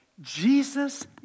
Jesus